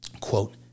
quote